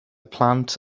plant